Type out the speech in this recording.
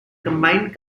combined